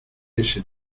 ese